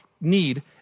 need